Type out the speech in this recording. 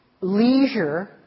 leisure